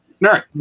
Right